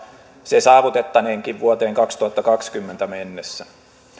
se saavutettaneenkin vuoteen kaksituhattakaksikymmentä mennessä